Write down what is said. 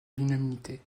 l’unanimité